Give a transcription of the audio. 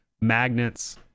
magnets